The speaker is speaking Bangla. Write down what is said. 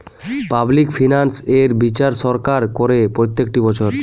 পাবলিক ফিনান্স এর বিচার সরকার করে প্রত্যেকটি বছর